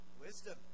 wisdom